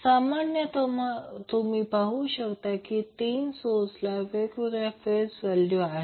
सामान्यतः तुम्ही येथे पाहू शकता कि 3 सोर्सना तीन वेगवेगळ्या फेज व्हॅल्यू आहेत